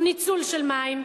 או ניצול של מים,